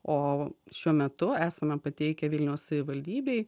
o šiuo metu esame pateikę vilniaus savivaldybei